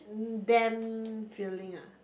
damp feeling ah